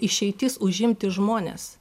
išeitis užimti žmones